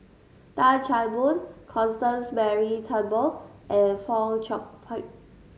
Tan Chan Boon Constance Mary Turnbull and Fong Chong Pik